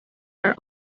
are